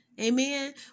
Amen